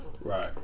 Right